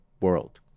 world